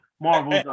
Marvel's